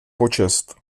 počest